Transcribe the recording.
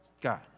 God